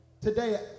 Today